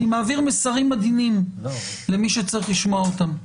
אני מעביר מסרים עדינים למי שצריך לשמוע אותם.